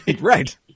right